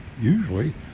usually